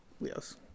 yes